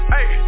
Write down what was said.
Hey